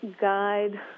guide